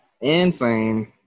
insane